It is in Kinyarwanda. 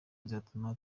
izatuma